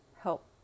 help